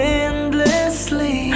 endlessly